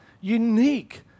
unique